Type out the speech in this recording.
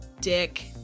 dick